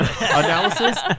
analysis